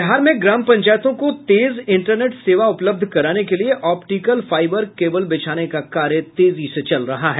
बिहार में ग्राम पंचायतों को तेज इंटरनेट सेवा उपलब्ध कराने के लिए आप्टिकल फाइबर केबल बिछाने का कार्य तेजी से चल रहा है